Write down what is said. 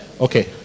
okay